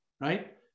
right